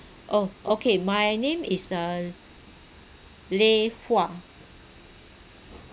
oh okay my name is uh lay hua